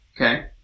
Okay